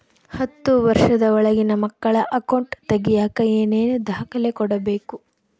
ಹತ್ತುವಷ೯ದ ಒಳಗಿನ ಮಕ್ಕಳ ಅಕೌಂಟ್ ತಗಿಯಾಕ ಏನೇನು ದಾಖಲೆ ಕೊಡಬೇಕು?